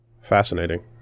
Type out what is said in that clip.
fascinating